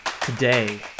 today